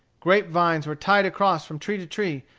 grape-vines were tied across from tree to tree,